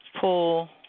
pull